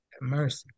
Mercy